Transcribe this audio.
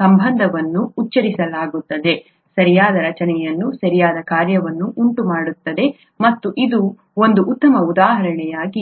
ಸಂಬಂಧವನ್ನು ಉಚ್ಚರಿಸಲಾಗುತ್ತದೆ ಸರಿಯಾದ ರಚನೆಯು ಸರಿಯಾದ ಕಾರ್ಯವನ್ನು ಉಂಟುಮಾಡುತ್ತದೆ ಮತ್ತು ಇದು ಒಂದು ಉತ್ತಮ ಉದಾಹರಣೆಯಾಗಿದೆ